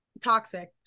Toxic